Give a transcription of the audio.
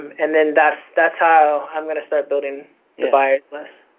um and then that's that's how i'm gonna start building the buyers list.